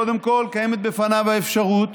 קודם כול, קיימת בפניו האפשרות